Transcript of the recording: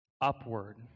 upward